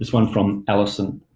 one from allison.